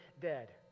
dead